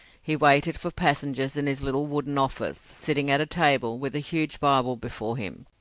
he waited for passengers in his little wooden office, sitting at a table, with a huge bible before him,